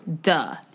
duh